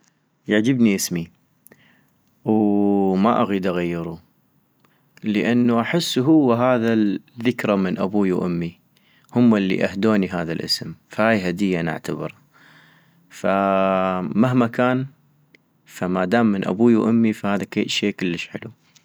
يعجبني اسمي ، اوو ما اغيد اغيرو، لانو احسو هو هذا الذكرى من ابوي وامي ، همه الي اهدوني هذا الاسم، فهاي هدية انا اعتبرا، فااا مهما كان فما دام من ابوي وامي فهذا كي- هذا شي كلش حلو